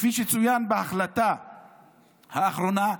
"כפי שצוין בהחלטה האחרונה,